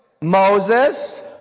Moses